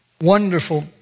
wonderful